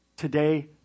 today